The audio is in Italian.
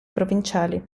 provinciali